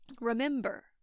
Remember